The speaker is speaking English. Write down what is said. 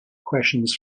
questions